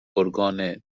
گرگان